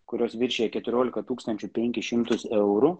kurios viršija keturiolika tūkstančių penkis šimtus eurų